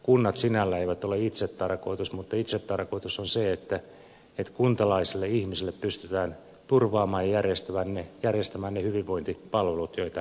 kunnat sinällään eivät ole itsetarkoitus mutta itsetarkoitus on se että kuntalaisille ihmisille pystytään turvaamaan ja järjestämään ne hyvinvointipalvelut joita he tarvitsevat